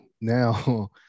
Now